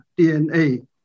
DNA